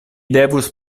devus